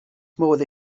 modd